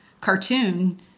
cartoon